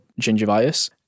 gingivitis